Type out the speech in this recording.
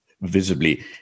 visibly